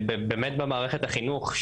באמת במערכת החינוך,